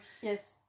yes